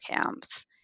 camps